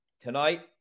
Tonight